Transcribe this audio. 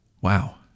Wow